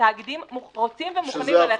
התאגידים רוצים ומוכנים ללכת על זה.